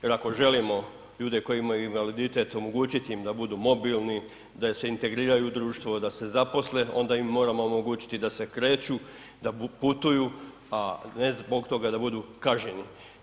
Jer ako želimo ljude koji imaju invaliditet, omogućiti im da budu mobilni, da se integriraju u društvo, da se zaposle, onda im moramo omogućiti da se kreću, da putuju, a ne zbog toga da budu kažnjeni.